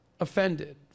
offended